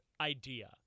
idea